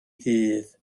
ddydd